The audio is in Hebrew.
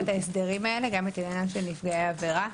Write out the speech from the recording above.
ההסדרים האלה גם את עניינם של נפגעי העבירה.